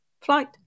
flight